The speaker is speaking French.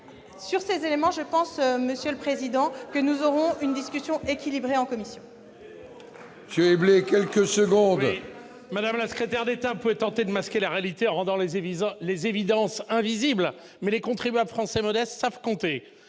Sur ces éléments, je pense, monsieur le président Éblé, que nous aurons une discussion équilibrée en commission. La parole est à M. Vincent Éblé, pour la réplique. Madame la secrétaire d'État, vous pouvez tenter de masquer la réalité en rendant les évidences invisibles, mais les contribuables français modestes savent compter